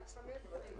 לצערי לא הגיע.